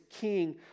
king